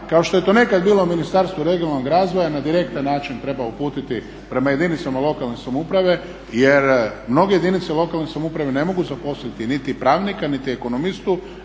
kao što je to nekad bilo Ministarstvo regionalnog razvoja na direktan način treba uputiti prema jedinicama lokalne samouprave. Jer mnoge jedinice lokalne samouprave ne mogu zaposliti niti pravnika, niti ekonomistu,